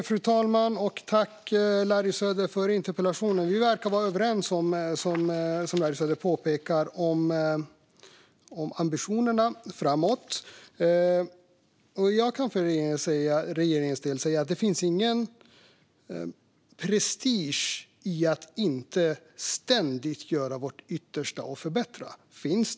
Fru talman! Jag tackar Larry Söder för interpellationen. Vi verkar vara överens om ambitionerna framöver. För regeringens del kan jag säga att det inte finns någon prestige för att inte ständigt göra vårt yttersta och göra förbättringar.